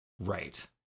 Right